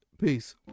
peace